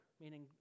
meaning